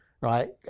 right